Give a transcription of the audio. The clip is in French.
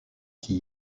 qui